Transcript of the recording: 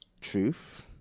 truth